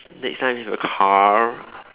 next time if your car